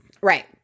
Right